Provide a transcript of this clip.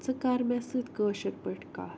ژٕ کر مےٚ سۭتۍ کٲشِر پٲٹھۍ کَتھ